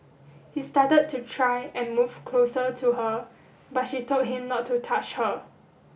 he started to try and move closer to her but she told him not to touch her